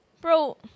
Bro